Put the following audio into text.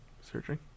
searching